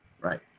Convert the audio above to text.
Right